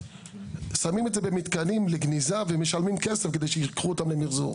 שמים את זה במתקנים לגניזה ומשלמים כסף כדי שייקחו אותם למחזור.